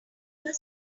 their